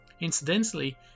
Incidentally